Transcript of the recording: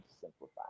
simplify